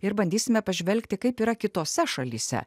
ir bandysime pažvelgti kaip yra kitose šalyse